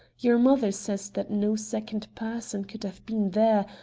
your mother says that no second person could have been there,